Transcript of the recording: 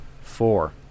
Four